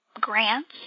grants